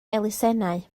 elusennau